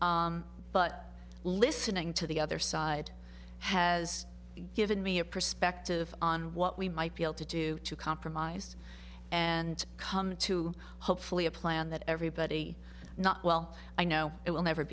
but listening to the other side has given me a perspective on what we might be able to do to compromise and come to hopefully a plan that everybody not well i know it will never